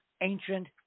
ancient